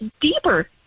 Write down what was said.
deeper